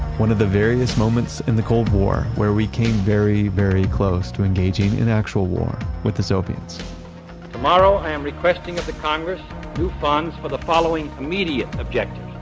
one of the various moments in the cold war where we came very, very close to engaging in actual war with the soviets tomorrow, i'm requesting of the congress new funds for the following immediate objectives